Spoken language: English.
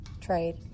trade